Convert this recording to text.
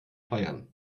feiern